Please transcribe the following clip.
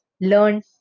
learn